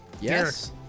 Yes